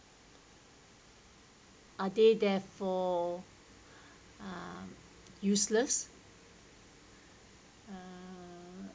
are they therefore uh useless uh